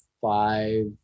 five